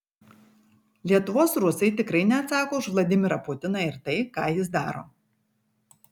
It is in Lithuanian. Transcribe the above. lietuvos rusai tikrai neatsako už vladimirą putiną ir tai ką jis daro